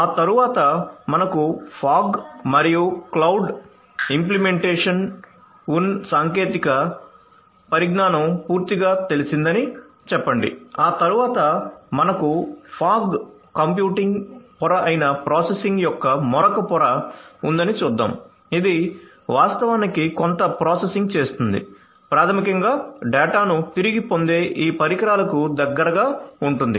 ఆ తరువాత మనకు ఫాగ్ మరియు క్లౌడ్ ఇంప్లిమెంటేషన్ ఉన్న సాంకేతిక పరిజ్ఞానం పూర్తిగా తెలిసిందని చెప్పండి ఆ తరువాత మనకు ఫాగ్ కంప్యూటింగ్ పొర అయిన ప్రాసెసింగ్ యొక్క మరొక పొర ఉందని చూద్దాం ఇది వాస్తవానికి కొంత ప్రాసెసింగ్ చేస్తుంది ప్రాథమికంగా డేటాను తిరిగి పొందే ఈ పరికరాలకు దగ్గరగా ఉంటుంది